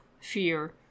Fear